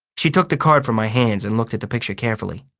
she took the card from my hands and looked at the picture carefully.